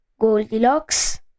Goldilocks